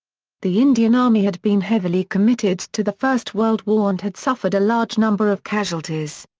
the indian army had been heavily committed to the first world war and had suffered a large number of casualties.